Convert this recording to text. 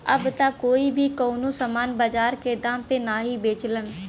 अब त कोई भी कउनो सामान बाजार के दाम पे नाहीं बेचलन